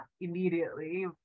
immediately